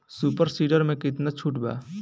Super seeder मै कितना छुट बा?